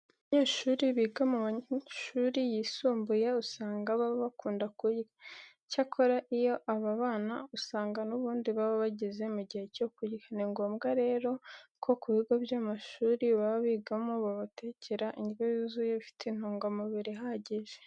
Abanyeshuri biga mu mashuri yisumbuye usanga baba bakunda kurya. Icyakora aba bana usanga n'ubundi baba bageze mu gihe cyo kurya. Ni ngombwa rero ko ku bigo by'amashuri baba bigamo babatekera indyo yuzuye ifite intungamubiri ihagije.